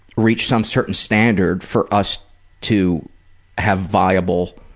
reach some certain standard for us to have viable,